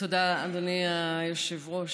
תודה, אדוני היושב-ראש.